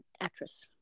actress